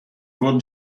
wurden